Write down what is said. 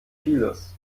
vieles